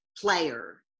player